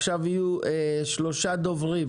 עכשיו יהיו שלושה דוברים